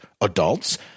adults